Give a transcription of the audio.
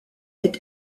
est